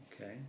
Okay